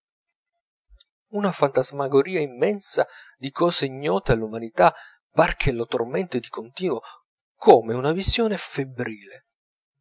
una fantasmagoria immensa di cose ignote all'umanità par che lo tormenti di continuo come una visione febbrile